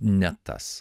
ne tas